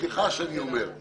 סליחה שאני אומר אבל